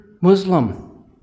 Muslim